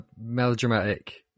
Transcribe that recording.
melodramatic